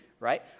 Right